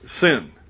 sin